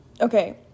Okay